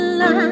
la